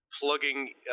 plugging